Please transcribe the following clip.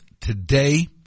today